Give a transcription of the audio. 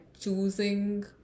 choosing